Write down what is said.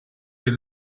del